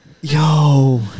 Yo